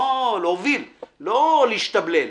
להוביל, לא להשתבלל.